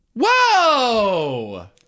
Whoa